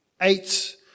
eight